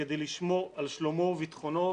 כדי לשמור על שלומו וביטחונו,